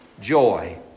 joy